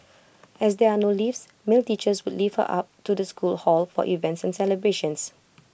as there are no lifts male teachers would lift her up to the school hall for events and celebrations